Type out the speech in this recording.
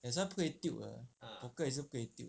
that's why 不可以 tilt 的 poker 也是不可以 tilt